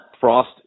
Frost